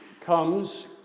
comes